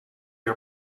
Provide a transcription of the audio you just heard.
are